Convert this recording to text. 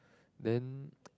then